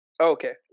Okay